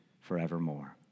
forevermore